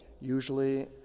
usually